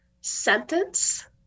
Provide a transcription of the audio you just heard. sentence